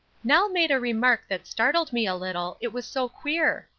nell made a remark that startled me a little, it was so queer.